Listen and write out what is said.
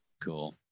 Cool